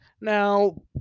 Now